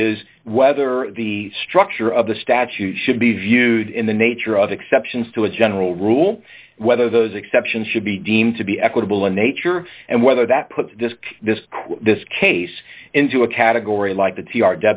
is whether the structure of the statute should be viewed in the nature of exceptions to a general rule whether those exceptions should be deemed to be equitable in nature and whether that puts this this this case into a category like the t r